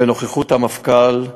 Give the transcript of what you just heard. בנוכחות המפכ"ל,